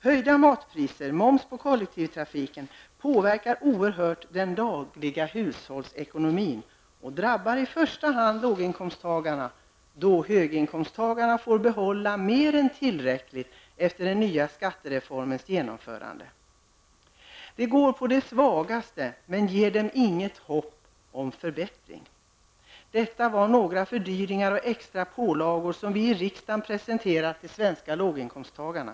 Höjda matpriser och momsen på kollektivtrafiken påverkar oerhört mycket den dagliga hushållsekonomin och drabbar i första hand låginkomsttagarna. Höginkomsttagarna däremot får behålla mer än tillräckligt efter genomförandet av den nya skattereformen. Man går på de svagaste. Men man skapar inte några förhoppningar hos dessa om en förbättring. Det här var några exempel på fördyringar och extra pålagor som vi i riksdagen har presenterat för de svenska låginkomsttagarna.